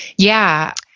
yeah.